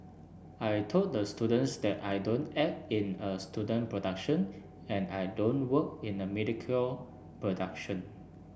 I told the students that I don't act in a student production and I don't work in a mediocre production